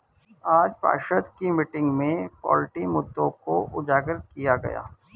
आज पार्षद की मीटिंग में पोल्ट्री मुद्दों को उजागर किया गया